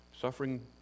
suffering